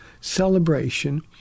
celebration